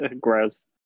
Gross